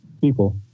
people